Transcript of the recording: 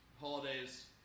holidays